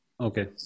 Okay